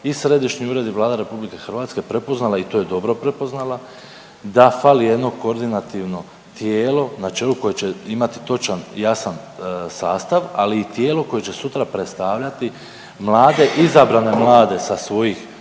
i središnji uredi i Vlada RH je prepoznala i to je dobro prepoznala, da fali jedno koordinativno tijelo, na čelu koje će imati točan, jasan sastav, ali i tijelo koje će sutra predstavljati mlade, izabrane mlade sa svojih